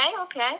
Okay